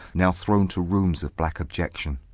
now thrown to rooms of black abjection,